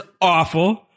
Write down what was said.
awful